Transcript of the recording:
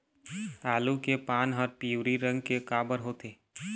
आलू के पान हर पिवरी रंग के काबर होथे?